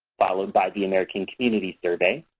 followed by the american community survey.